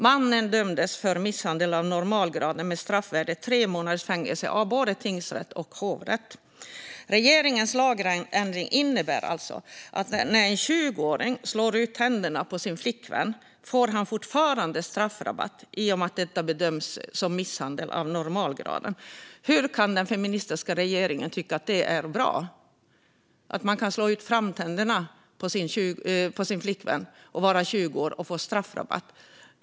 Mannen dömdes för misshandel av normalgraden med straffvärde tre månaders fängelse av både tingsrätt och hovrätt. Regeringens lagändring innebär alltså att när en 20-åring slår ut tänderna på sin flickvän får han fortfarande straffrabatt i och med att detta bedöms som misshandel av normalgraden. Hur kan den feministiska regeringen tycka att det är bra? En 20-åring kan slå ut tänderna på sin flickvän och få straffrabatt.